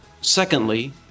secondly